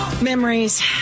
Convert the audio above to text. Memories